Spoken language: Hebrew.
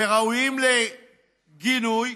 וראויים לגינוי,